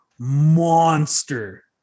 Monster